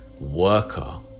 worker